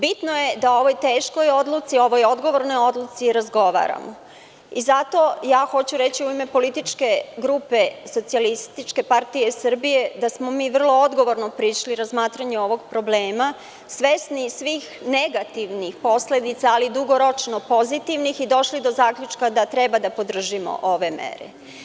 Bitno je da ovoj teškoj odluci, ovo je odgovorna odluka i razgovaramo i zato ja hoću reći u ime političke grupe SPS da smo mi vrlo odgovorno prišli razmatranju ovog problema, svesni svih negativnih posledica, ali dugoročno pozitivnih i došli do zaključka da treba da podržimo ove mere.